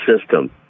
system